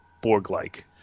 Borg-like